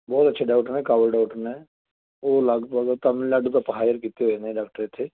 ਬਹੁਤ ਅੱਛੇ ਡਾਕਟਰ ਨੇ ਕਾਬਿਲ ਡਾਕਟਰ ਨੇ ਉਹ ਲਗਭਗ ਤਮਿਲਨਾਡੂ ਤੋਂ ਆਪਾਂ ਹਾਇਰ ਕੀਤੇ ਹੋਏ ਨੇ ਡਾਕਟਰ ਇੱਥੇ